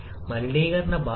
R ആണ് വാതക സ്ഥിരാങ്കം